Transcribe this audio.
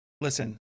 Listen